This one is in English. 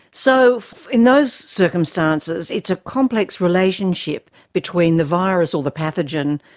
so in those circumstances it's a complex relationship between the virus or the pathogen,